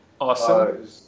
Awesome